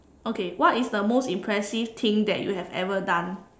okay what is the most impressive thing that you have ever done